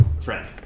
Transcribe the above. friend